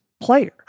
player